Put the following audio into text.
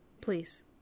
Please